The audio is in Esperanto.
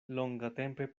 longatempe